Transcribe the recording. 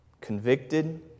convicted